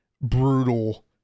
brutal